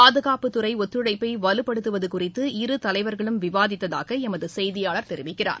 பாதுகாப்புத்றை ஒத்தழைப்பை வலுப்படுத்துவது குறித்து இரு தலைவா்களும் ்விவாதித்ததாக எமது செய்தியாளர் தெரிவிக்கிறார்